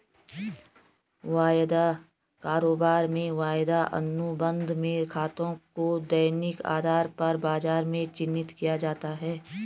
वायदा कारोबार में वायदा अनुबंध में खातों को दैनिक आधार पर बाजार में चिन्हित किया जाता है